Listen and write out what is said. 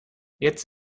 jetzt